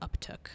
uptook